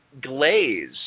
glaze